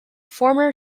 former